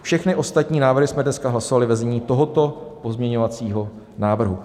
Všechny ostatní návrhy jsme dneska hlasovali ve znění tohoto pozměňovacího návrhu.